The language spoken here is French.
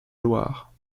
loire